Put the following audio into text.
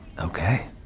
okay